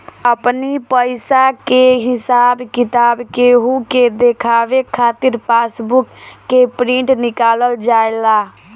अपनी पईसा के हिसाब किताब केहू के देखावे खातिर पासबुक के प्रिंट निकालल जाएला